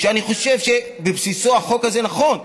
אני חושב בבסיסו החוק הזה נכון.